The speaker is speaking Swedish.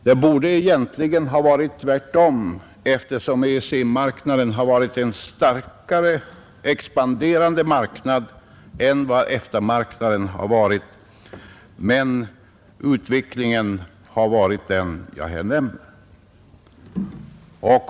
Det borde egentligen ha varit tvärtom, eftersom EEC:s marknad varit en starkare expanderande marknad än vad EFTA marknaden varit. Men utvecklingen har varit sådan.